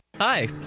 hi